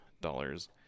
dollars